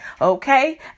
okay